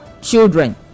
children